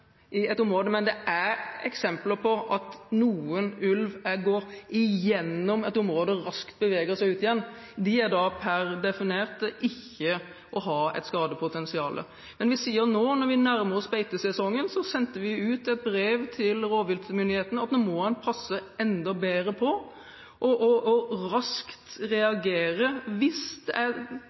i et område, men det er eksempler på at noen ulver går gjennom et område og raskt beveger seg ut igjen. De er da definert til ikke å ha et skadepotensial. Nå – fordi vi nærmer oss beitesesongen – har vi sendt ut et brev til rovviltmyndighetene om at en nå må passe enda bedre på og reagere raskt hvis det ser ut som om dyret ikke bare er